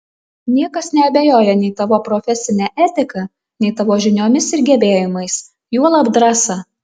niekas neabejoja nei tavo profesine etika nei tavo žiniomis ir gebėjimais juolab drąsa